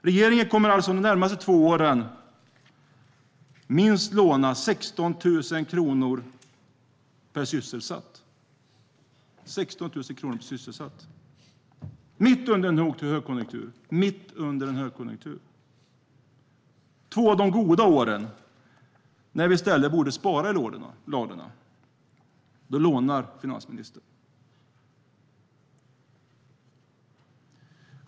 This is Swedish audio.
Regeringen kommer alltså under de närmaste två åren att låna minst 16 000 kronor per sysselsatt - mitt under en högkonjunktur. Under två av de goda åren, då vi i stället borde spara i ladorna, lånar finansministern.